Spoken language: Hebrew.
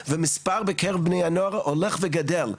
והמספר בקרב בני הנוער הולך וגדל,